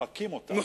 מוחקים אותם.